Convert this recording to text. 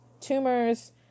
tumors